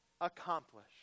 accomplish